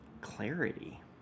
clarity